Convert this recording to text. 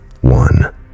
one